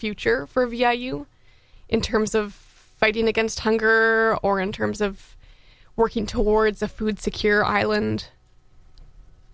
future for youyou in terms of fighting against hunger or in terms of working towards a food secure island